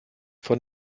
von